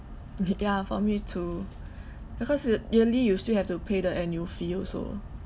uh ya for me too because ye~ yearly you still have to pay the annual fee also